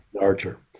archer